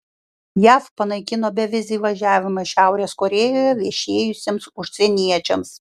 jav panaikino bevizį įvažiavimą šiaurės korėjoje viešėjusiems užsieniečiams